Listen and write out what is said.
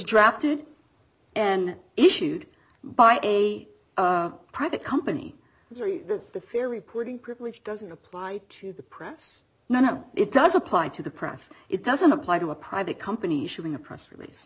drafted and issued by a private company that the fair reporting privilege doesn't apply to the press no it does apply to the press it doesn't apply to a private company showing a press release